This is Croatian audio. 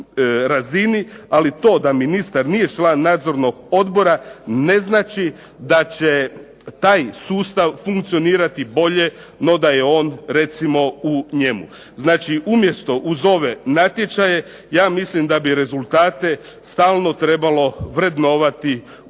ali to da ministar nije član nadzornog odbora ne znači da će taj sustav funkcionirati bolje no da je on recimo u njemu. Znači umjesto uz ove natječaje, ja mislim da bi rezultate stalno trebalo vrednovati uspjehom